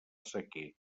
sequer